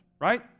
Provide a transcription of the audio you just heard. right